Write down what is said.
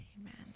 Amen